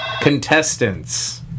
Contestants